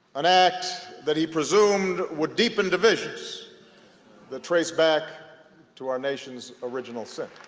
an act that he presumed would deepen divisions that trace back to our nation's original sin.